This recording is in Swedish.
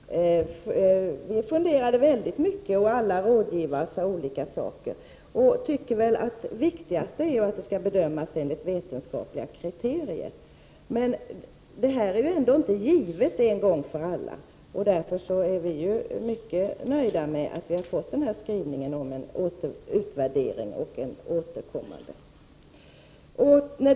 Fru talman! Vi i folkpartiet funderade väldigt mycket, och alla rådgivare sade olika saker. Vi anser att det viktigaste är att forskningen skall bedömas enligt vetenskapliga kriterier. Men detta system är inte givet en gång för alla. Vi är därför mycket nöjda med utskottets skrivning om en utvärdering och att man skall återkomma till detta.